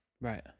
right